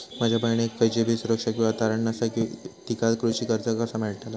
माझ्या बहिणीक खयचीबी सुरक्षा किंवा तारण नसा तिका कृषी कर्ज कसा मेळतल?